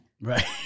Right